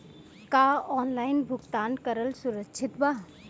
का ऑनलाइन भुगतान करल सुरक्षित बा?